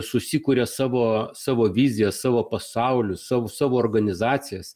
susikuria savo savo viziją savo pasaulį sa savo organizacijas